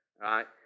right